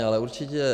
Ale určitě...